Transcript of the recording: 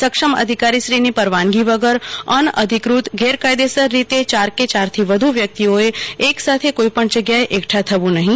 સક્ષમ અધિકારીશ્રીની પરવાનગી વગર અનઅધિકૃતગેરકાયદેસર રીતે યાર કે ચારથી વધુ વ્યકિતઓએ એક સાથે કોઇપણ જગ્યાએ એકઠા થવું નહિ